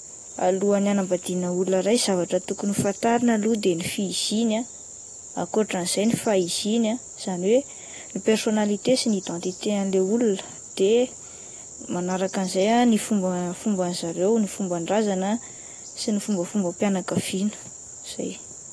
Alohan'ny hanambadiana olona iray zavatra tokony ho fantarina aloha de ny fihiziny ah akoatran' izay ny fahiziny izany hoe ny personnalité sy ny identité an'ilay olona de manaraka an'izay ah ny fomba ny fomban'ny zareo, ny fomban-drazana ah sy ny fombafombam-pianakaviana ,izay.